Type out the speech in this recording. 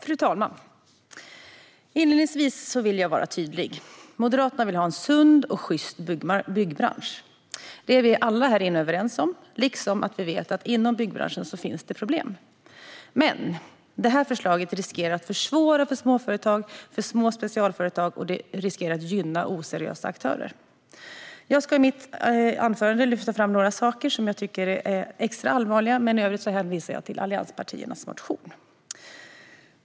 Fru talman! Inledningsvis vill jag vara tydlig: Moderaterna vill ha en sund och sjyst byggbransch. Det är vi alla här inne överens om, precis som vi vet att det finns problem inom byggbranschen. Detta förslag riskerar dock att försvåra för småföretag och små specialföretag, och det riskerar att gynna oseriösa aktörer. Jag ska i mitt anförande lyfta fram några saker jag tycker är extra allvarliga, men i övrigt hänvisar jag till allianspartiernas motion.